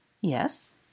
Yes